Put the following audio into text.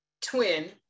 twin